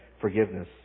forgiveness